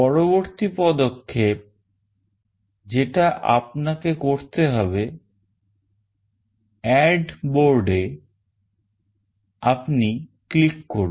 পরবর্তী পদক্ষেপ যেটা আপনাকে করতে হবে Add board এ আপনি click করুন